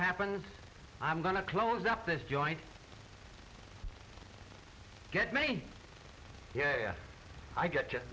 happens i'm going to close up this joint get me yeah i get